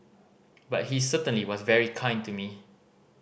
but he certainly was very kind to me